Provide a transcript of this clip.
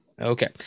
okay